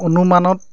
অনুমানত